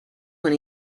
when